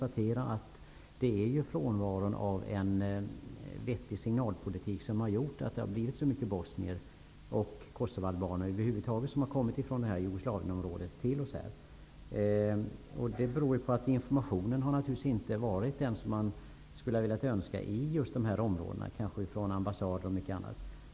Det är ju frånvaron av en vettig signalpolitik som har gjort att det har kommit så många bosnier och kosovoalbaner till Sverige. Informationen från t.ex. ambassader och andra har väl inte varit den man skulle ha önskat.